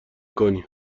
کنی